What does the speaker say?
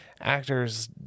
actors